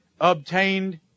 obtained